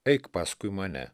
eik paskui mane